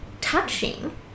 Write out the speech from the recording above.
touching